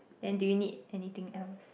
then do you need anything else